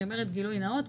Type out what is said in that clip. ואני אומרת גילוי נאות,